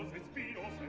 let's be